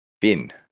Bin